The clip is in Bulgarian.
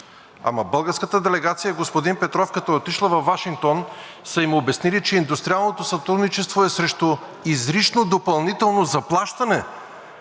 Ама българската делегация, господин Петров, като е отишла във Вашингтон, са им обяснили, че индустриалното сътрудничество е срещу изрично допълнително заплащане!